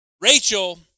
Rachel